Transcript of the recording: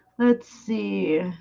let's see,